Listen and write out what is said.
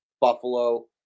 Buffalo